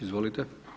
Izvolite.